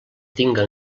tinga